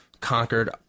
conquered